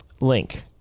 link